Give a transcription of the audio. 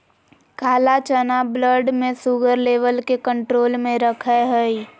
काला चना ब्लड में शुगर लेवल के कंट्रोल में रखैय हइ